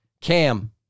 Cam